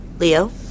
Leo